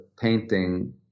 painting